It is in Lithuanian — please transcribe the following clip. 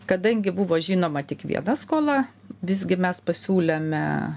kadangi buvo žinoma tik viena skola visgi mes pasiūlėme